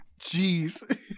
Jeez